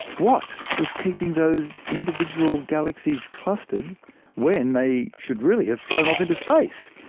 what was keeping those individual galaxies clustered when they should really have flown off into space?